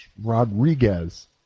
Rodriguez